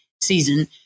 season